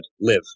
live